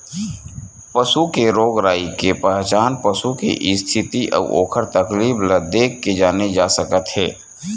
पसू के रोग राई के पहचान पसू के इस्थिति अउ ओखर तकलीफ ल देखके जाने जा सकत हे